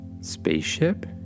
Spaceship